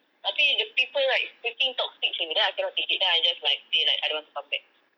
tapi the people like freaking toxic seh then I cannot take it then I just like say like I don't want to come back